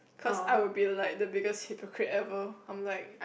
cause I will be like the biggest hypocrite ever I'm like